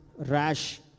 rash